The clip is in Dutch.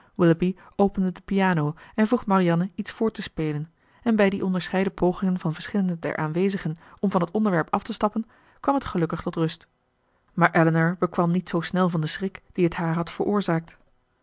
opende de piano en vroeg marianne iets voor te spelen en bij die onderscheiden pogingen van verschillenden der aanwezigen om van het onderwerp af te stappen kwam het gelukkig tot rust maar elinor bekwam niet zoo snel van den schrik dien het haar had veroorzaakt